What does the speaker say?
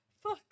fuck